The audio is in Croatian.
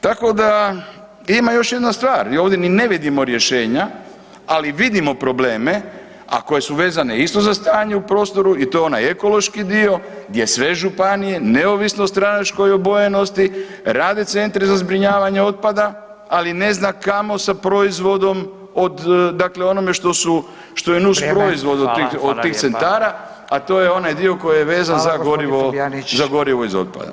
Tako da, ima još jedna stvar, ovdje ni ne vidimo rješenja, ali vidimo probleme, a koje su vezane isto za stanje u prostoru i to onaj ekološki dio gdje sve županije neovisno o stranačkoj obojenosti rade centre za zbrinjavanje otpada, ali ne zna kamo sa proizvodom od dakle onome što su, što je nus proizvod od tih, od tih centara, a to je onaj dio koji je vezan za gorivo, za gorivo iz otpada.